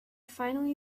finally